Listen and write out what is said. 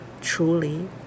Truly